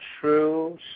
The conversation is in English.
true